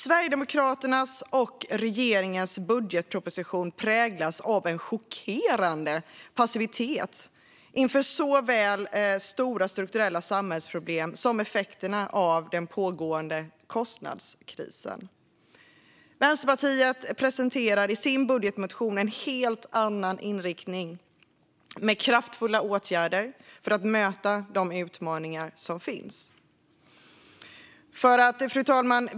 Sverigedemokraternas och regeringens budgetproposition präglas av en chockerande passivitet inför såväl stora strukturella samhällsproblem som effekterna av den pågående kostnadskrisen. Vänsterpartiet presenterar i sin budgetmotion en helt annan inriktning med kraftfulla åtgärder för att möta de utmaningar som finns. Fru talman!